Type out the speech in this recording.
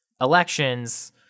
elections